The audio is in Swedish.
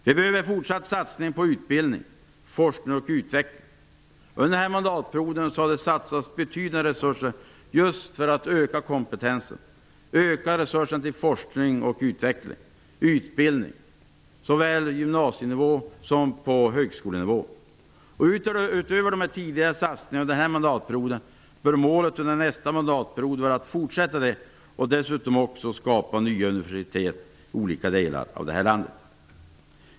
Vi behöver fortsatt satsning på utbildning, forskning och utveckling. Under den här mandatperioden har det satsats betydande resurser för att öka just kompetensen och resurserna till forskning, utveckling och utbildning på såväl gymnasienivå som på högskolenivå. Målet för nästa mandatperiod bör vara att vi fortsätter arbetet med de satsningar som har gjorts under den här mandatperioden och dessutom skapar nya universitet i olika delar av landet.